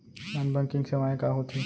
Non banking सेवाएं का होथे?